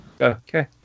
Okay